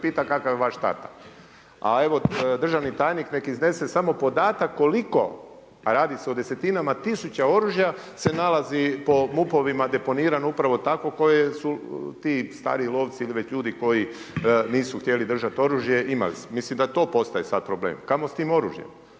pita kakav je vaš tata. A evo, državni tajnik, nek iznese samo podatak, koliko, a radi se o desetinama, tisuća oružja, se nalazi po MUP-ovima, deponiran upravo tako, koji su ti stariji lovci ili ljudi koji nisu htjeli držati oružje. Imali su, mislim da to postaje sada problem, kamo s tim oružjem,